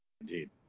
Indeed